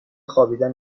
خوابیدن